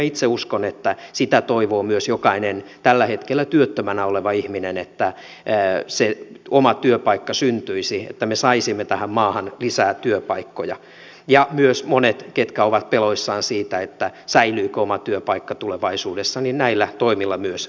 itse uskon että sitä toivoo myös jokainen tällä hetkellä työttömänä oleva ihminen että se oma työpaikka syntyisi että me saisimme tähän maahan lisää työpaikkoja ja myös monet ketkä ovat peloissaan siitä säilyykö oma työpaikka tulevaisuudessa näillä toimilla myös sitä tehdään